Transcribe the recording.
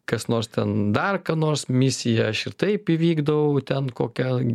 kas nors ten dar ką nors misiją aš ir taip įvykdau ten kokią